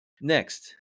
Next